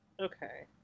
okay